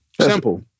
Simple